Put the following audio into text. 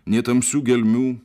nei tamsių gelmių